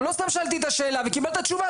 אני לא סתם שאלתי את השאלה וקיבלת תשובה,